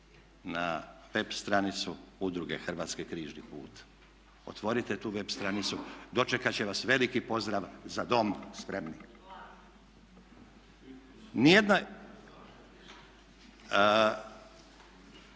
na web stranicu udruge Hrvatski križni put, otvorite tu web stranicu, dočekati će vas veliki pozdrav "Za Dom spremni". Nijedna,